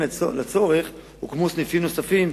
והוקמו סניפים נוספים,